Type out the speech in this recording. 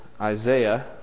Isaiah